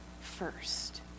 first